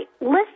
list